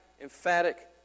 emphatic